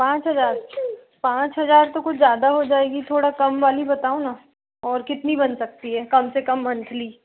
पाँच हज़ार पाँच हज़ार तो कुछ ज़्यादा हो जाएगी थोड़ा कम वाली बताओ ना और कितनी बन सकती है कम से कम मंथली